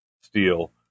steel